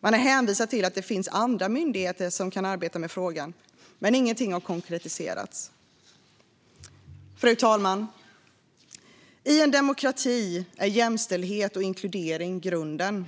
Man har hänvisat till att det finns andra myndigheter som kan arbeta med frågan, men ingenting har konkretiserats. Fru talman! I en demokrati är jämställdhet och inkludering grunden.